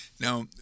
Now